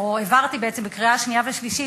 העברתי בעצם בקריאה שנייה ושלישית,